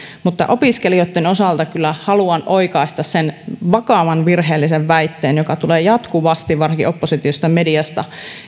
mutta opiskelijoitten osalta kyllä haluan oikaista sen vakavan virheellisen väitteen joka tulee jatkuvasti varsinkin oppositiosta ja mediasta